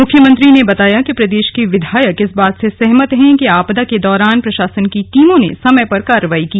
मुख्यमंत्री ने बताया कि प्रदेश के विधायक इस बात से सहमत है कि आपदा के दौरान प्रशासन की टीमों ने समय पर कार्रवाई की